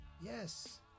Yes